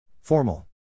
Formal